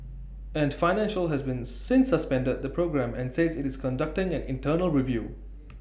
ant financial has been since suspended the programme and says IT is conducting an internal review